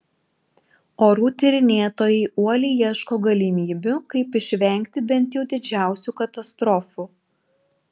orų tyrinėtojai uoliai ieško galimybių kaip išvengti bent jau didžiausių katastrofų